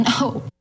No